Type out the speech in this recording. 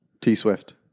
T-Swift